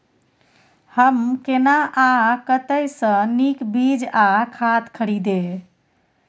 हम केना आ कतय स नीक बीज आ खाद खरीदे?